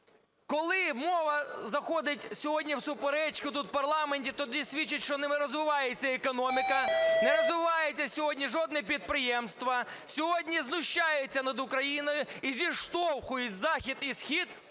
Коли мова заходить сьогодні в суперечку тут, в парламенті, тоді свідчить, що не розвивається економіка, не розвивається сьогодні жодне підприємство. Сьогодні знущаються над Україною і зіштовхують захід і схід